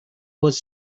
was